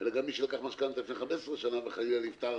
אלא גם מי שלקח משכנתה לפני 15 שנים וחלילה נפטר